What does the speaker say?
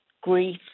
grief